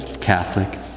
Catholic